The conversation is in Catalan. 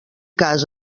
cas